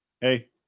Hey